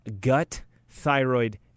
gut-thyroid